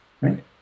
Right